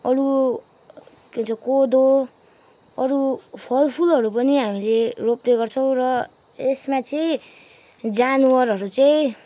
अरू के भन्छ कोदो अरू फल फुलहरू पनि हामीले रोप्ने गर्छौँ र यसमा चाहिँ जनावरहरू चाहिँ